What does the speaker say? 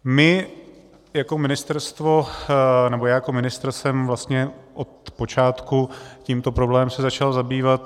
My, jako ministerstvo, nebo já jako ministr jsem se vlastně od počátku tímto problémem začal zabývat.